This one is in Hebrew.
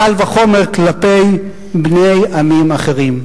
קל וחומר כלפי בני עמים אחרים.